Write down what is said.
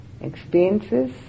experiences